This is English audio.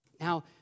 Now